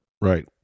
Right